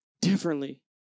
differently